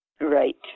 Right